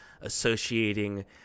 associating